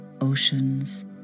Oceans